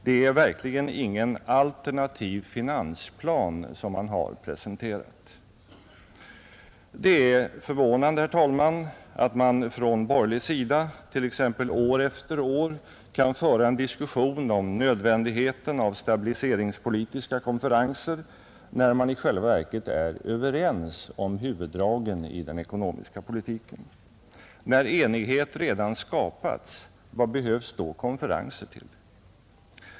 Det är verkligen ingen alternativ finansplan som man har presenterat. Det är förvånande, herr talman, att man från borgerlig sida t.ex. år efter år kan föra en diskussion om nödvändigheten av stabiliseringspolitiska konferenser när man i själva verket är överens med regeringen om huvuddragen i den ekonomiska politiken. När enighet redan skapats, vad behövs då konferenser till?